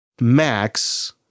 Max